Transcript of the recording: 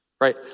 right